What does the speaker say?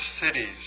cities